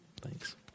Thanks